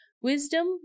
Wisdom